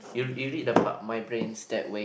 you you read the part my brain's dead wait